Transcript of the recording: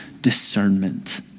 discernment